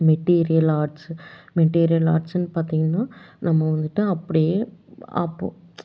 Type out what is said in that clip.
material arts material ஆர்ட்ஸுனு பார்த்திங்கன்னா நம்ம வந்துட்டு அப்படியே அப்போது